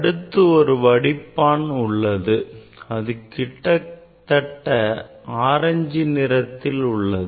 அடுத்து ஒரு வடிப்பான் உள்ளது அது கிட்டத்தட்ட ஆரஞ்சு வண்ணத்தில் உள்ளது